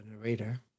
narrator